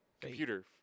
computer